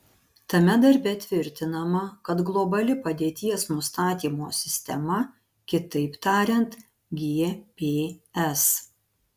tame darbe tvirtinama kad globali padėties nustatymo sistema kitaip tariant gps